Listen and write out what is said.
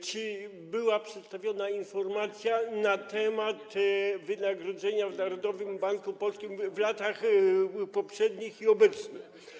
Czy była przedstawiana informacja na temat wynagrodzeń w Narodowym Banku Polskim w latach poprzednich i obecnym?